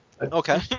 Okay